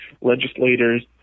legislators